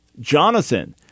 Jonathan